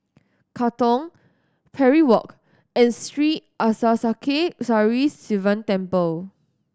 Katong Parry Walk and Sri Arasakesari Sivan Temple